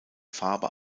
faber